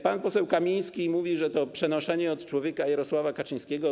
Pan poseł Kamiński mówi, że to przenoszenie od człowieka Jarosława Kaczyńskiego.